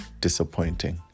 disappointing